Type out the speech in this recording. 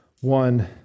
one